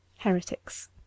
heretics